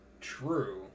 true